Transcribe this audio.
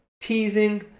teasing